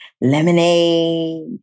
lemonade